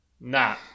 nah